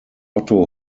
otto